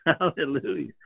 Hallelujah